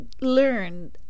learn